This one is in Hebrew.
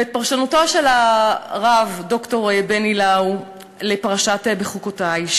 ופרשנותו של הרב ד"ר בני לאו לפרשת בחוקותי,